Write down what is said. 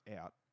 out